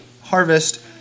harvest